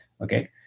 Okay